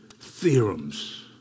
theorems